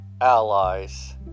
allies